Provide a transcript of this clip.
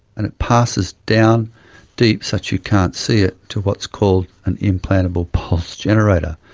and it passes down deep so that you can't see it to what's called an implantable pulse generator.